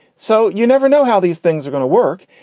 so you never know how these things are going to work.